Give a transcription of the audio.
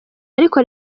ariko